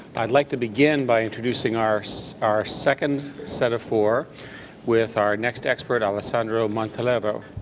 i'd like to begin by introducing our so our second set of four with our next expert, alessandro mantelero.